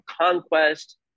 conquest